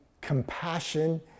compassion